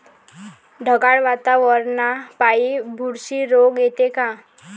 ढगाळ वातावरनापाई बुरशी रोग येते का?